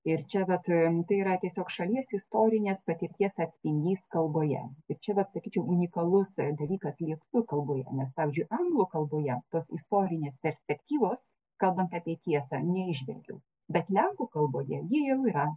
ir čia vat tai yra tiesiog šalies istorinės patirties atspindys kalboje ir čia vat sakyčiau unikalus dalykas lietuvių kalboje nes pavyzdžiui anglų kalboje tos istorinės perspektyvos kalbant apie tiesą neįžvelgiau bet lenkų kalboje ji jau yra